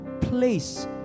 place